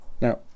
Now